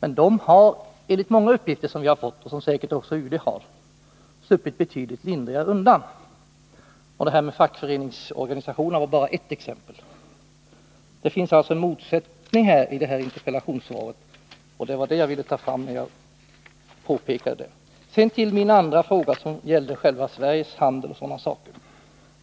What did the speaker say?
men den har — enligt uppgifter som jag har fått och som säkert också UD har — sluppit betydligt lindrigare undan. Det finns som sagt en motsättning i interpellationssvaret, och det var detta jag ville påpeka. Så till min andra fråga, som gällde Sveriges handel och sådana saker.